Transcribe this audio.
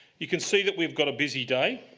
you can see that we've got a busy day.